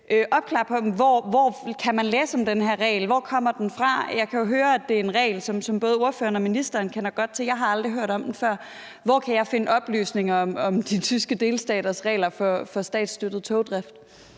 hvor man kan læse om den her regel. Hvor kommer den fra? Jeg kan høre, at det er en regel, som både ordføreren og ministeren kender godt til. Jeg har aldrig hørt om den før. Hvor kan jeg finde oplysninger om de tyske delstaters regler for statsstøttet togdrift?